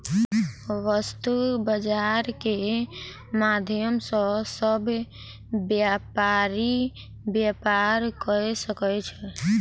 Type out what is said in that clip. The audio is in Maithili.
वस्तु बजार के माध्यम सॅ सभ व्यापारी व्यापार कय सकै छै